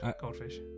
goldfish